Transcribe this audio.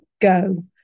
go